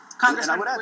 Congressman